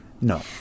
no